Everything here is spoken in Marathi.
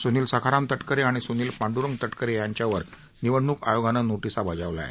सुनील सखाराम तटकरे आणि सुनील पांडूरंग तटकरे यांच्यावर निवडणूक आयोगानं नोटिसा बजावल्या आहेत